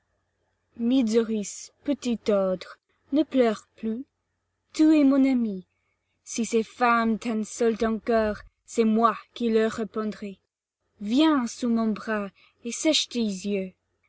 mydzouris petite ordure ne pleure plus tu es mon amie si ces femmes t'insultent encore c'est moi qui leur répondrai viens sous mon bras et sèche tes yeux